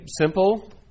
simple